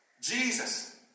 Jesus